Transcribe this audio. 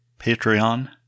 Patreon